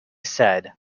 said